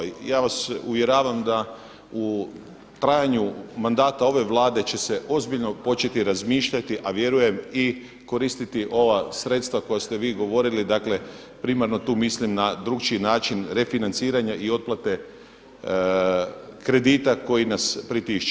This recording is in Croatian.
Ja vas uvjeravam da u trajanju mandata ove Vlade će se ozbiljno početi razmišljati, a vjerujem i koristiti ova sredstva koja ste vi govorili, dakle primarno tu mislim na drukčiji način refinanciranja i otplate kredita koji nas pritišću.